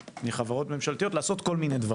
מחברות ממשלתיות לעשות כל מיני דברים.